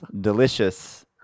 delicious